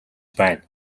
байна